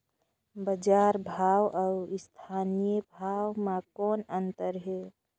बजार भाव अउ स्थानीय भाव म कौन अन्तर हे?